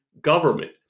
government